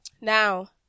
Now